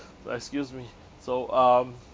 so excuse me so um